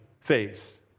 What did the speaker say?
face